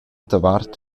davart